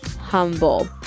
HUMBLE